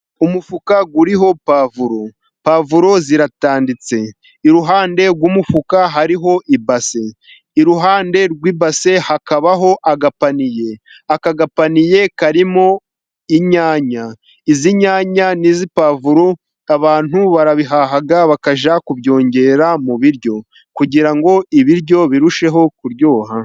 Umufuka uriho pavuro, pavuro ziratanditse, iruhande rw'umufuka hariho ibase iruhande rw'ibase hakabaho agapaniye, aka gapaniye karimo inyanya, iz'inyanya n'izi pavuro abantu barabihaha, bakajya kubyongera mu biryo, kugira ngo ibiryo birusheho kuryoha.